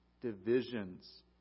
Divisions